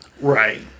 Right